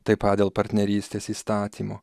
tai pat dė partnerystės įstatymo